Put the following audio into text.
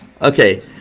Okay